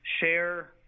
share